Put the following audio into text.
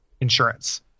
insurance